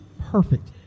perfect